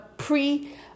Pre